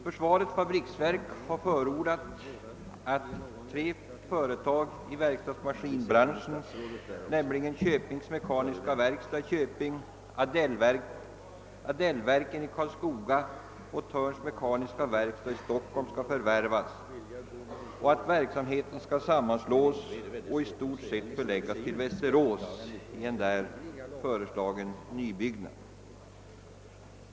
Försvarets fabriksverk har förordat att tre företag i verkstadsmaskinbranschen, nämligen Köpings mekaniska verkstad i Köping, Aldellverken i Karlskoga och Thörns mekaniska verkstad i Stockholm, skall förvärvas och att verksamheten skall sammanslås och i stort sett förläggas till Västerås i en föreslagen nybyggnad där.